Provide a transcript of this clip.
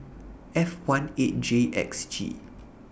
F one eight J X G